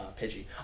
Pidgey